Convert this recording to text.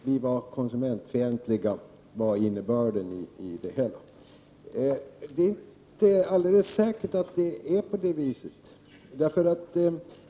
Vi var konsumentfientliga, var innebörden i det hela. Det är inte alldeles säkert att det är på det viset.